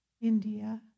India